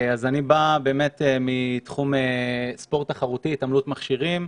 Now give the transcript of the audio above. אני בא מתחום הספורט התחרותי, התעמלות מכשירים.